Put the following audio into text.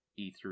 E3